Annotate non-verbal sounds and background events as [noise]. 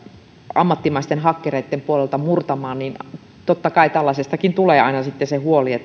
ammattimaisten hakkereitten puolelta murtamaan niin totta kai tällaisestakin tulee aina sitten se huoli [unintelligible]